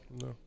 No